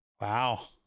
Wow